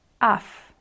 af